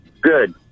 Good